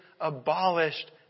abolished